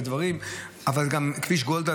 אבל גם כביש גולדה,